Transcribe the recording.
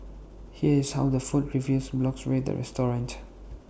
here is how the food review blogs rate the restaurant